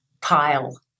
pile